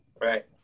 Right